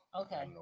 Okay